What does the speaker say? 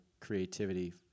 creativity